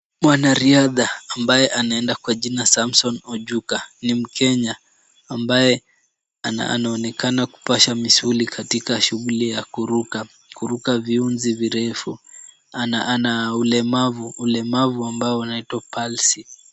Wanariadha ambaye anaenda kwa jina Samson Ojuka. Ni mkenya ambaye ana anaonekana kupasha misuli katika shughuli ya kuruka kuruka viunzi virefu .Ana ana ulemavu ulemavu ambao unaitwa palsy .